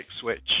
switch